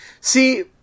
See